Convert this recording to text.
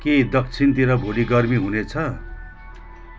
के दक्षिणतिर भोलि गर्मी हुने छ